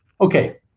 okay